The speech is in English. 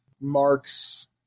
marks